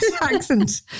accent